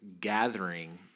gathering